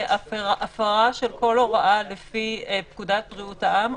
שהפרה של כל הוראה לפי פקודת בריאות העם,